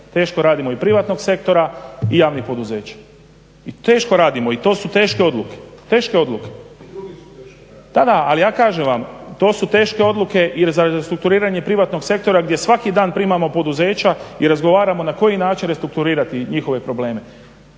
teško radimo, i privatnog sektora i javnih poduzeća. I teško radimo i to su teške odluke, teške odluke. … /Upadica Šuker: I drugi su teško radili./… Da, da ali ja kažem vam to su teške odluke jer za restrukturiranje privatnog sektora gdje svaki dan primamo poduzeća i razgovaramo na koji način restrukturirati njihove probleme.